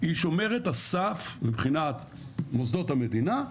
היא שומרת הסף מבחינת מוסדות המדינה,